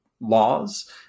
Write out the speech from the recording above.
laws